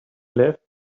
left